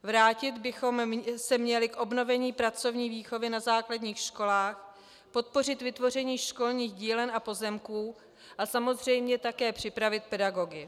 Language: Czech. Vrátit bychom se měli k obnovení pracovní výchovy na základních školách, podpořit vytvoření školních dílen a pozemků a samozřejmě také připravit pedagogy.